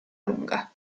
lunga